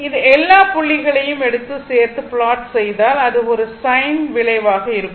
இந்த எல்லா புள்ளிகளையும் எடுத்து சேர்த்து ப்லாட் செய்தால் அது ஒரு சைன் வளைவாக இருக்கும்